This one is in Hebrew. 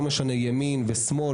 לא משנה ימין או שמאל,